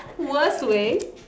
worst way